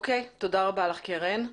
תודה רבה לך, קרן.